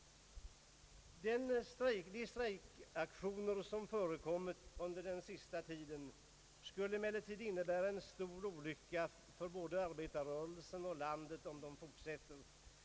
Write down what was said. De strejkaktioner som förekommit under den senaste tiden skulle emellertid innebära en stor olycka för både arbetarrörelsen och landet om de fortsatte.